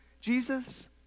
Jesus